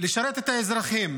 לשרת את האזרחים.